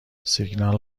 سیگنال